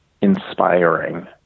inspiring